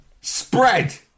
Spread